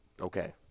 okay